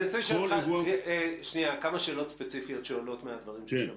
אני רוצה לשאול אותך כמה שאלות ספציפיות שעולות מהדברים ששמענו.